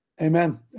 Amen